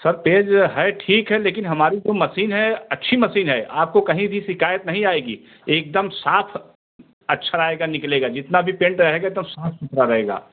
sir page है ठीक है लेकिन हमारी जो मसीन है अच्छी मसीन है आपको कहीं भी शिकायत नहीं आएगी एक दम साफ़ अक्षर आएगा निकलेगा जितना भी पेंट रहेगा एक दम साफ़ सुथरा रहेगा